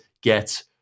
get